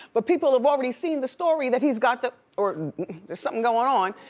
but people have already seen the story that he's got the, or there's something going on,